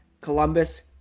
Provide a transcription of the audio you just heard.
Columbus